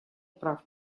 прав